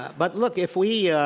but, look, if we, yeah